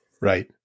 Right